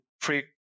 free